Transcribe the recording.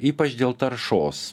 ypač dėl taršos